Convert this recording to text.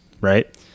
right